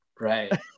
Right